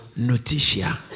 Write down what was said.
noticia